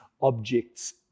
objects